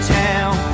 town